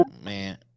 man